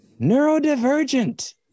neurodivergent